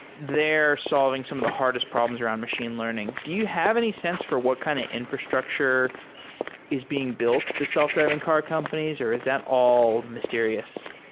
they're solving some of the hardest problems around machine learning. do you have any sense for what kind of infrastructure is being built to the self-driving car companies or is that all mysterious?